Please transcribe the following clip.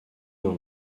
dans